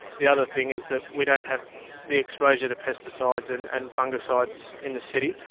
the other thing is that we don't have the exposure to pesticides and and fungicides in the city.